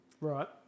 Right